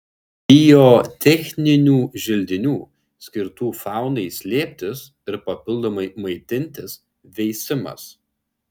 biotechninių želdinių skirtų faunai slėptis ir papildomai maitintis veisimas